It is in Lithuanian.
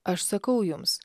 aš sakau jums